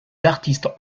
d’artistes